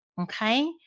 okay